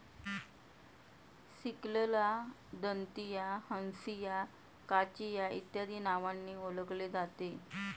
सिकलला दंतिया, हंसिया, काचिया इत्यादी नावांनी ओळखले जाते